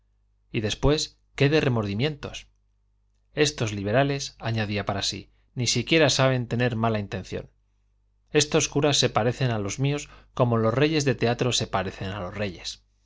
y después qué de remordimientos estos liberales añadía para sí ni siquiera saben tener mala intención estos curas se parecen a los míos como los reyes de teatro se parecen a los reyes